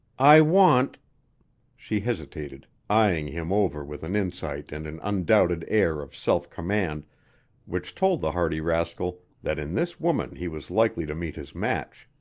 i want she hesitated, eyeing him over with an insight and an undoubted air of self-command which told the hardy rascal that in this woman he was likely to meet his match.